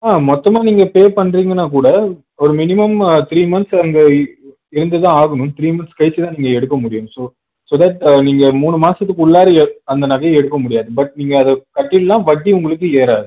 ஆ மொத்தமாக நீங்கள் பே பண்ணுறிங்கன்னா கூட ஒரு மினிமம் த்ரீ மன்த்ஸ் அங்கே இ இருந்துதான் ஆகணும் த்ரீ மன்த்ஸ் கழிச்சு தான் நீங்கள் எடுக்க முடியும் ஸோ ஸோ தட் நீங்கள் மூணு மாசத்துக்கு உள்ளார எ அந்த நகையை எடுக்கமுடியாது பட் நீங்கள் அதை கட்டிடலாம் வட்டி உங்களுக்கு ஏறாது